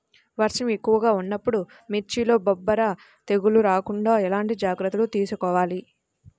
వర్షం ఎక్కువగా ఉన్నప్పుడు మిర్చిలో బొబ్బర తెగులు రాకుండా ఎలాంటి జాగ్రత్తలు తీసుకోవాలి?